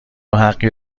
حقی